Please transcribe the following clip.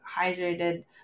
hydrated